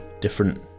different